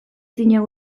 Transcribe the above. dinagu